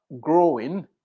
growing